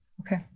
Okay